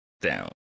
down